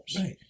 Right